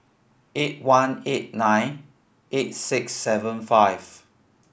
eight one eight nine eight six seven five